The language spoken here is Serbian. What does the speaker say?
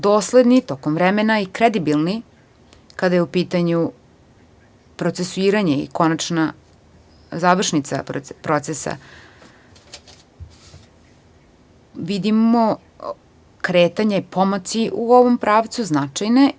Dosledni tokom vremena i kredibilni kada je u pitanju procesuiranje i završnica procesa, vidimo kretanje i pomake u ovom pravcu značajne.